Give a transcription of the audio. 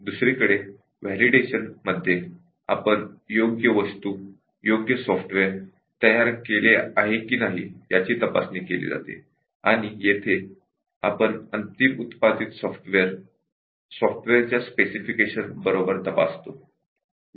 दुसरीकडे व्हॅलिडेशन मध्ये आपण योग्य वस्तू योग्य सॉफ्टवेअर तयार केले आहे की नाही याची तपासणी केली जाते आणि येथे आपण अंतिम उत्पादित सॉफ्टवेअर सॉफ्टवेअरच्या स्पेसिफिकेशन बरोबर तपासतो